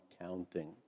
counting